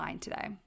today